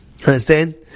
Understand